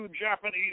Japanese